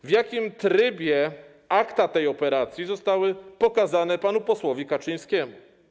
W jakim trybie akta tej operacji zostały pokazane panu posłowi Kaczyńskiemu?